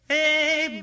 Hey